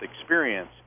experience